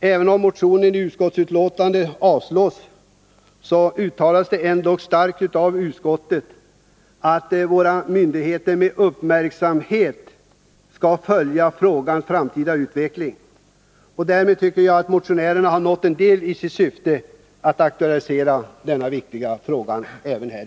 Även om utskottet föreslår att motionen avslås, uttalas det dock i utskottsbetänkandet att våra myndigheter med uppmärksamhet skall följa frågans framtida utveckling. Därmed tycker jag att motionärerna har nått en del i sitt syfte att aktualisera dessa viktiga frågor.